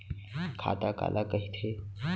खाता काला कहिथे?